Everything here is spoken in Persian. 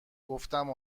گفتم